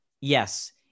Yes